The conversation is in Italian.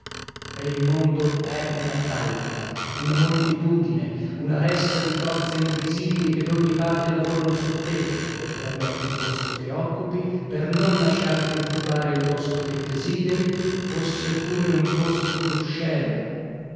e il mondo è una calca una moltitudine una ressa di forze invisibili che d'ogni parte lavorano su te per prenderti il posto che occupi per non lasciarti occupare il posto che desideri fosse pure un posto d'usciere